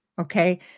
Okay